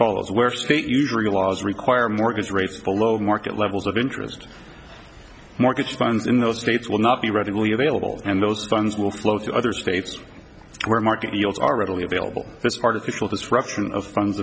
follows where state usury laws require mortgage rates below market levels of interest mortgage loans in those states will not be readily available and those funds will flow to other states where market yields are readily available this artificial disruption of funds